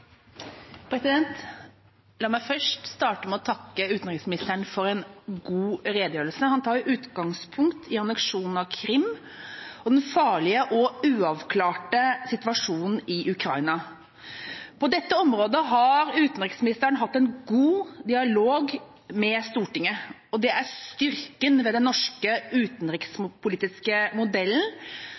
La meg først starte med å takke utenriksministeren for en god redegjørelse. Han tar utgangspunkt i anneksjonen av Krim og den farlige og uavklarte situasjonen i Ukraina. På dette området har utenriksministeren hatt en god dialog med Stortinget. Dette er styrken ved den norske utenrikspolitiske modellen,